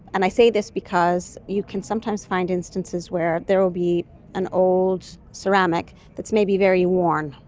and i say this because you can sometimes find instances where there will be an old ceramic that's maybe very worn,